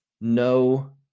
no